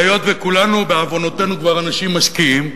והיות שכולנו, בעוונותינו, כבר אנשים משקיעים,